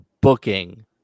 booking